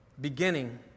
beginning